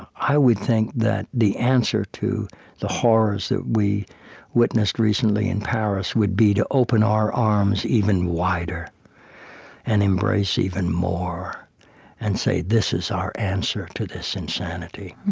i would think that the answer to the horrors that we witnessed recently in paris would be to open our arms even wider and embrace even more and say, this is our answer to this insanity.